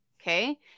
Okay